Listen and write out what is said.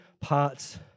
parts